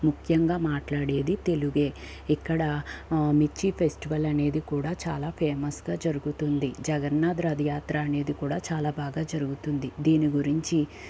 ముఖ్యంగా మాట్లాడేది తెలుగే ఇక్కడ మిర్చి ఫెస్టివల్ అనేది కూడా చాలా ఫేమస్గా జరుగుతుంది జగన్నాధ్ రధ యాత్ర అనేది కూడా చాలా బాగా జరుగుతుంది దీని గురించి